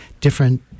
different